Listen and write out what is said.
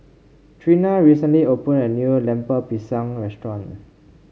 Treena recently opened a new Lemper Pisang Restaurant